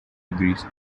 agrees